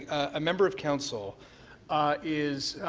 a member of council is